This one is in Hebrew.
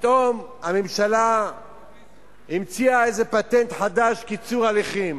פתאום הממשלה המציאה איזה פטנט חדש: קיצור הליכים.